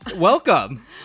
Welcome